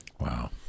wow